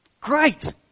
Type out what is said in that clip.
Great